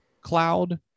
cloud